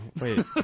Wait